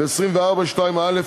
ו-24(2)(א)